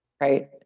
right